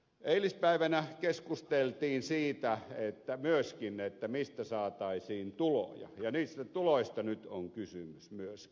eilispäivänä keskusteltiin siitä myöskin mistä saataisiin tuloja ja niistä tuloista nyt on kysymys myöskin